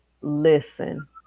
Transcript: listen